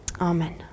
Amen